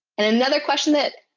and another question that,